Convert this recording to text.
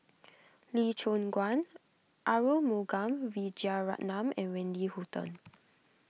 Lee Choon Guan Arumugam Vijiaratnam and Wendy Hutton